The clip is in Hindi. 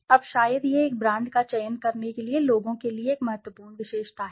अब शायद यह एक ब्रांड का चयन करने के लिए लोगों के लिए एक महत्वपूर्ण विशेषता है